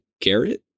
carrot